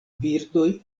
birdoj